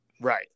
Right